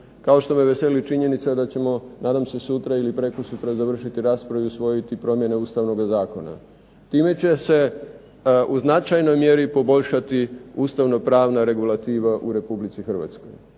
kao što me veseli činjenica da ćemo nadam se sutra ili prekosutra završiti raspravu i usvojiti promjene ustavnoga zakona. Time će se u značajnoj mjeri poboljšati ustavnopravna regulativa u Republici Hrvatskoj.